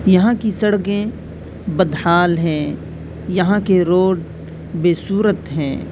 یہاں کی سڑکیں بدحال ہیں یہاں کے روڈ بے صورت ہیں